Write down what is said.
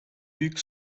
büyük